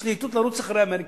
יש להיטות לרוץ אחרי אמריקה.